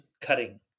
cutting